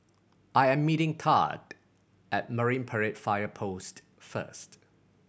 I am meeting Thad at Marine Parade Fire Post first